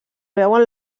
veuen